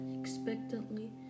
expectantly